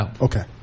Okay